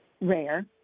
rare